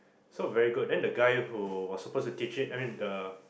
so very good then the guy who was supposed to teach it I mean the